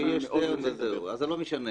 יש דרך וזהו, זה לא משנה.